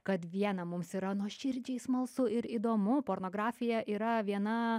kad viena mums yra nuoširdžiai smalsu ir įdomu pornografija yra viena